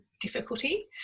difficulty